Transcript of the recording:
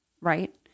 right